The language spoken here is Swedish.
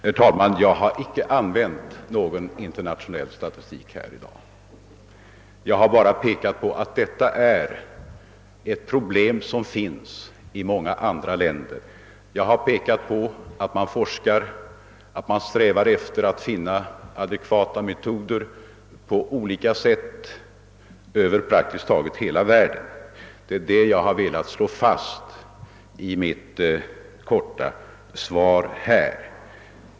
Yerr talman! Jag har icke använt någon internationell statistik här i dag. Jag har endast pekat på att problemet finns i många andra länder och framhållit att man forskar och på olika sätt strävar efter att finna adekvata metoder på området i praktiskt taget hela världen. Det är detta jag har velat slå fast.